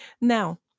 Now